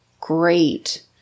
great